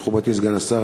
מכובדי סגן השר,